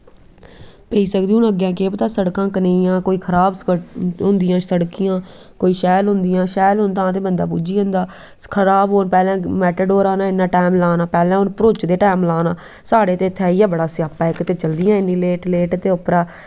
पेई सकदी हून अग्गैं केह् पता सड़कां कनेहियां कोेई खराब होंदियां सड़कां कोई शैल होंदियां शैल होन ते बंदा पुज्जी जंदा खराब होन पैह्लैं मैटाडोरा नै इन्ना टैम लाना पैह्लें उन भरोचदे टैम लाना साढ़े ते इत्थें इयै बड़ा स्यापा इक ते चलदियां लेट लेट ते उप्परा